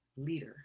leader